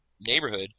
neighborhood